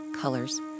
colors